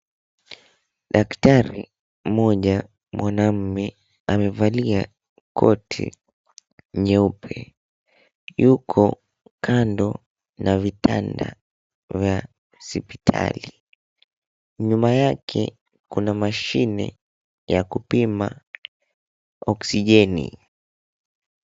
Daktari mmoja mwanamume amevalia koti nyeupe. Yuko kando na vitanda vya hospitali. Nyuma yake kuna mashine ya kupima oksijeni.